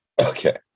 Okay